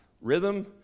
rhythm